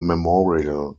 memorial